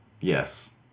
yes